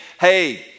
hey